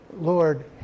Lord